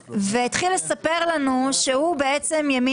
אנחנו מכניסים כאן תיקון שאומר "או מכירה של